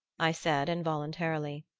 i said involuntarily.